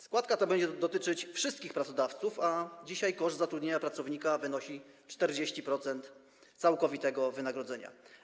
Składka ta będzie dotyczyć wszystkich pracodawców, a dzisiaj koszt zatrudnienia pracownika wynosi 40% całkowitego wynagrodzenia.